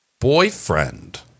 boyfriend